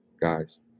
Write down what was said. guys